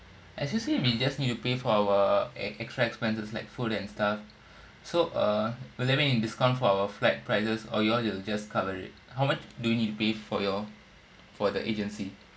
as you say we just need to pay for our ex~ extra expenses like food and stuff so uh will there be discount for our flight prices or you all will just cover it how much do we need to pay for your for the agency